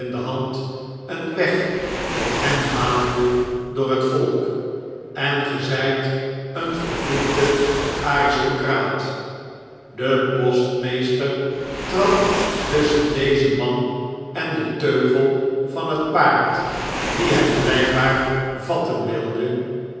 de hand een weg tot hem baande door het volk en ge zjt een vervloekte aristocraat de postmeester trad tusschen dezen man en den teugel van het paard dien hy blgkbaar vatten wilde